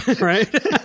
right